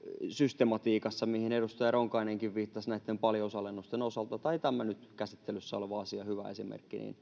erikoiseen systematiikkaan, mihin edustaja Ronkainenkin viittasi näitten paljousalennusten osalta — tämä nyt käsittelyssä oleva asia on hyvä esimerkki.